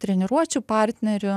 treniruočių partnerių